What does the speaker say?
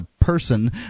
person